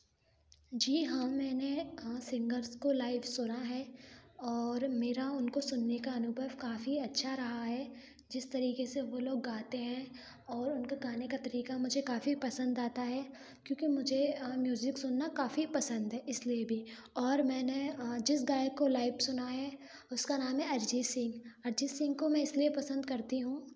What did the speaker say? जी हाँ मैंने सिंगर्स को लाइव सुना है और मेरा उनको सुनने का अनुभव काफ़ी अच्छा रहा है जिस तरीके से वो लोग गाते हैं और उनका गाने का तरीका मुझे काफ़ी पसंद आता है क्योंकि मुझे म्यूज़िक सुनना काफ़ी पसंद है इसलिए भी और मैंने जिस गायक को लाइव सुना है उसका नाम है अरिजीत सिंह अरिजीत सिंह को मैं इसलिए पसंद करती हूँ